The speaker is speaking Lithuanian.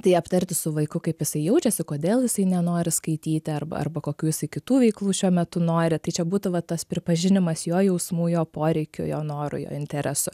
tai aptarti su vaiku kaip jisai jaučiasi kodėl jisai nenori skaityti arba arba kokių jisai kitų veiklų šiuo metu nori tai čia būtų va tas pripažinimas jo jausmų jo poreikių jo norų jo interesų